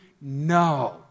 No